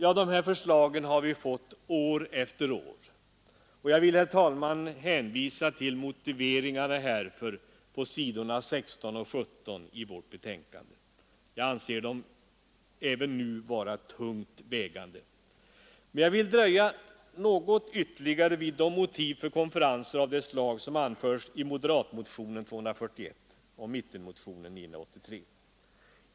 Sådana förslag har framförts år efter år, och jag vill här hänvisa till utskottsmajoritetens motiveringar för sitt avstyrkande, vilka återfinns på s. 16 och 17 i finansutskottets betänkande. De motiveringarna anser jag vara tungt vägande även nu. Men jag vill dröja något ytterligare vid de motiv för konferenser av detta slag som anförs i moderatmotionen 241 och mittenmotionen 983.